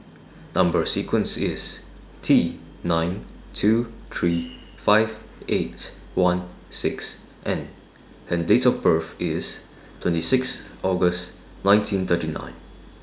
Number sequence IS T nine two three five eight one six N and Date of birth IS twenty six August nineteen thirty nine